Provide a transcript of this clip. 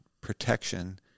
protection